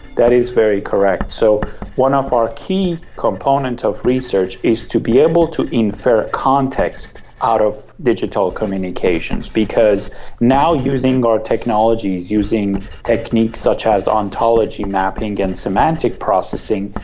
that is very correct. so one of our key components of research is to be able to infer context out of digital communications, because now using our technologies, using techniques such as ontology mapping and semantic processing,